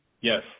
yes